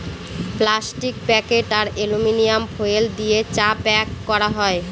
plastic packet আর aluminium foil দিয়ে চা প্যাক করা যায়